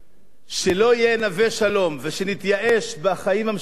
שלא יהיה נווה-שלום ושנתייאש בחיים המשותפים,